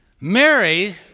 Mary